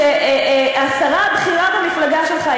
השרה הבכירה במפלגה שלך,